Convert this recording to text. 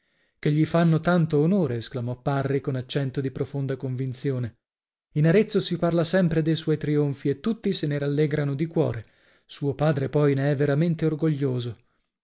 che gli fanno tanto onore esclamò parri con accento di profonda convinzione in arezzo si parla sempre de suoi trionfi e tutti se ne rallegrano di cuore suo padre poi ne è veramente orgoglioso